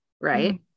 right